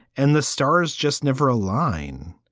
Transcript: and the stars just never align.